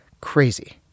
crazy